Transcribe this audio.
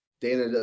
Dana